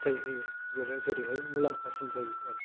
फिथाइ होयो जेरैहैय मुलाम्फासिन जायो आरो